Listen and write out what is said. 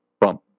bump